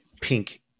pink